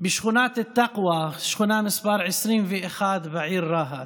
בשכונת אל-תקווה, שכונה מס' 21 בעיר רהט.